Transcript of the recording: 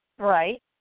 Right